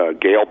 Gail